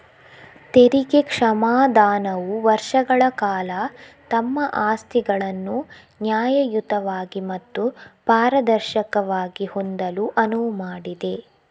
ತೆರಿಗೆ ಕ್ಷಮಾದಾನವು ವರ್ಷಗಳ ಕಾಲ ತಮ್ಮ ಆಸ್ತಿಗಳನ್ನು ನ್ಯಾಯಯುತವಾಗಿ ಮತ್ತು ಪಾರದರ್ಶಕವಾಗಿ ಹೊಂದಲು ಅನುವು ಮಾಡಿದೆ